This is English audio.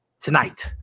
tonight